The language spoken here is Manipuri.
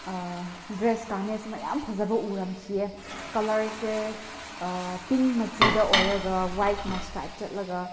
ꯗ꯭ꯔꯦꯁ ꯀꯥꯃꯦꯁ ꯃꯌꯥꯝ ꯐꯖꯕ ꯎꯔꯝꯈꯤꯌꯦ ꯀꯂꯔꯁꯦ ꯄꯤꯡꯛ ꯃꯆꯨꯗ ꯑꯣꯏꯔꯒ ꯋꯥꯏꯠꯅ ꯏꯁꯇ꯭ꯔꯥꯏꯞ ꯆꯠꯂꯒ